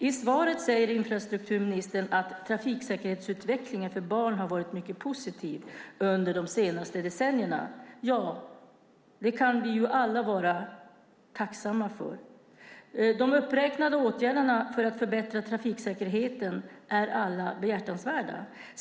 I svaret säger infrastrukturministern att trafiksäkerhetsutvecklingen för barn har varit mycket positiv under de senaste decennierna. Ja, och det kan vi alla vara tacksamma för. De uppräknade åtgärderna för att förbättra trafiksäkerheten är alla behjärtansvärda.